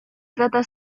trata